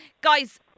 Guys